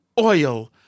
oil